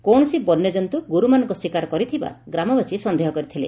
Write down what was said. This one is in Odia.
କୌଣସି ବନ୍ୟଜନ୍ତୁ ଗୋରୁମାନଙ୍କ ଶିକାର କରିଥିବା ଗ୍ରାମବାସୀ ସନ୍ଦେହ କରିଥିଲେ